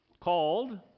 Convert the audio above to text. called